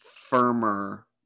firmer